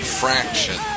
fraction